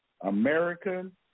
American